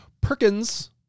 Perkins